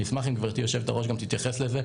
אני אשמח אם גבירתי יושבת הראש גם תתייחס לזה,